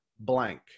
blank